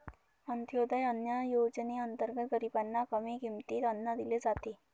अंत्योदय अन्न योजनेअंतर्गत गरीबांना कमी किमतीत अन्न दिले जाते